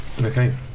okay